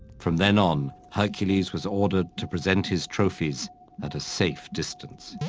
from then on, hercules was ordered to present his trophies at a safe distance.